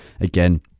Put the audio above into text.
again